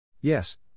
Yes